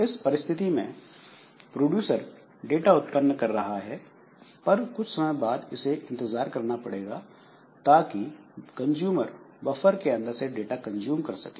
इस परिस्थिति में प्रोड्यूसर डाटा उत्पन्न कर रहा है पर कुछ समय बाद उसे इंतजार करना पड़ेगा ताकि कंजूमर बफर के अंदर से डाटा कंज्यूम कर सके